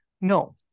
No